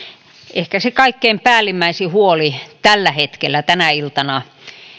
ehkä se kaikkein päällimmäisin huoli tällä hetkellä tänä iltana